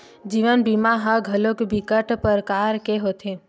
जीवन बीमा ह घलोक बिकट परकार के होथे